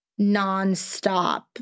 nonstop